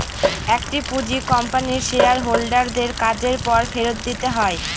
একটি পুঁজি কোম্পানির শেয়ার হোল্ডার দের কাজের পর ফেরত দিতে হয়